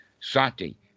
Sati